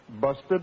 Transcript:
busted